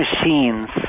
machines